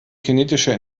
kinetischer